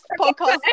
podcast